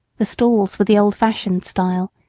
the stalls were the old-fashioned style,